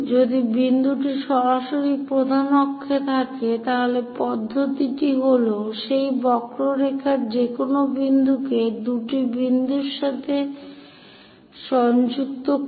যদি বিন্দুটি সরাসরি প্রধান অক্ষে থাকে তাহলে পদ্ধতিটি হল সেই বক্ররেখার যেকোনো বিন্দুকে দুটি কেন্দ্রের সাথে সংযুক্ত করা